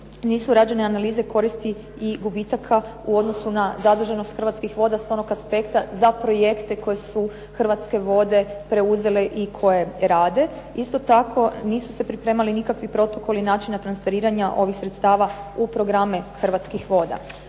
nisu rađene analize koristi i gubitaka u odnosu na zaduženost Hrvatskih voda s onog aspekta za projekte koje su Hrvatske vode preuzele i koje rade. Isto tako nisu se pripremali nikakvi protokoli načina transpariranja ovih sredstava u programe Hrvatskih voda.